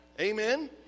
Amen